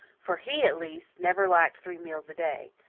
for he, at least, never lacked three meals a day,